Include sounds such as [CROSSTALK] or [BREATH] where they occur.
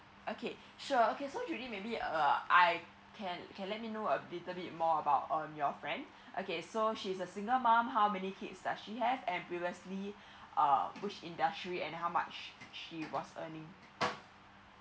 okay sure okay so judy maybe uh I can can let me know a little bit more about um your friend okay so she's a single mom how many kids does she has and previously [BREATH] uh which industry and how much she was earning